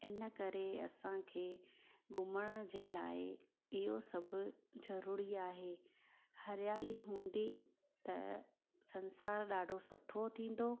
इन करे असांखे घुमण जे लाइ इहो सभु ज़रूरी आहे हरियाली हूंदी त संसारु ॾाढो सुठो थींदो